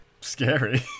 Scary